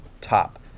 top